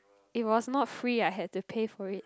it was not free I had to pay for it